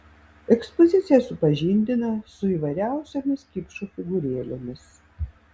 ekspozicija supažindina su įvairiausiomis kipšų figūrėlėmis